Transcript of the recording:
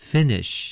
Finish